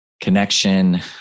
Connection